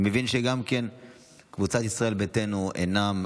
אני מבין שקבוצת ישראל ביתנו אינה,